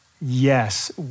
Yes